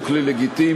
הוא כלי לגיטימי,